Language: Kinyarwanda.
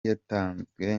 yatanzwe